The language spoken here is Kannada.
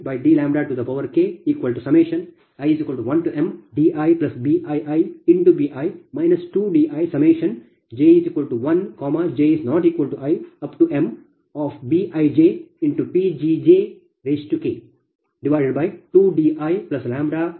i1mdPgidλKi1mdiBiibi 2dij1 j≠imBijPgjK 2diKBii2 ಇದು ಸಮೀಕರಣ 64 ಆಗಿದೆ